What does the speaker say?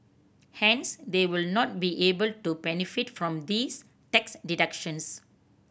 hence they would not be able to benefit from these tax deductions